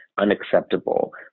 unacceptable